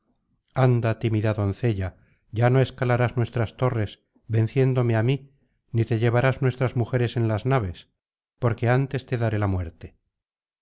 anda tímida doncella ya no escalarás nuestras torres venciéndome á mí ni te llevarás nuestras mujeres en las naves porque antes te daré la muerte